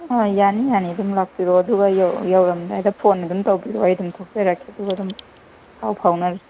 ꯑꯪ ꯌꯥꯅꯤ ꯌꯥꯅꯤ ꯑꯗꯨꯝ ꯂꯥꯛꯄꯤꯔꯣ ꯑꯗꯨꯒ ꯌꯧꯔꯝꯗꯥꯏꯗ ꯐꯣꯟ ꯑꯗꯨꯝ ꯇꯧꯕꯤꯔꯛꯑꯣ ꯑꯩ ꯑꯗꯨꯝ ꯊꯣꯛꯆꯔꯛꯀꯦ ꯑꯗꯨꯒ ꯑꯗꯨꯝ ꯄꯥꯎ ꯐꯥꯎꯅꯔꯁꯤ